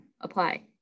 apply